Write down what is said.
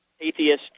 atheist